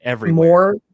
more